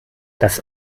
das